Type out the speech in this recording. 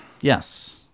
Yes